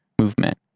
movement